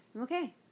okay